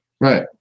right